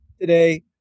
today